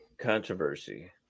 controversy